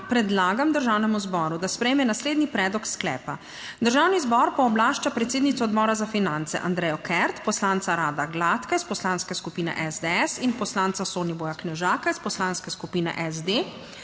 predlagam Državnemu zboru, da sprejme naslednji predlog sklepa: Državni zbor pooblašča predsednico Odbora za finance Andrejo Kert, poslanca Rada Gladka iz poslanske skupine SDS in poslanca Soniboja Knežaka iz poslanske skupine SD,